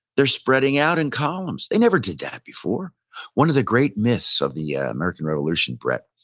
they're spreading out in columns, they never did that before one of the great myths of the ah american revolution, brett,